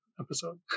episode